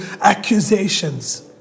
accusations